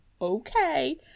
okay